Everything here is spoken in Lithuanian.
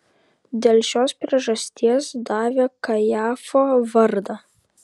dėl šios priežasties davė kajafo vardą